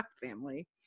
Family